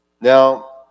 Now